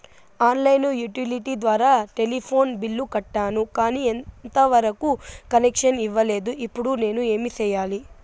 On line utility ద్వారా telephone bill కట్టాను, కానీ ఎంత వరకు కనెక్షన్ ఇవ్వలేదు, ఇప్పుడు నేను ఏమి సెయ్యాలి?